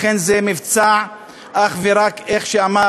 לכן זה מבצע אך ורק, כמו שאמר